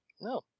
No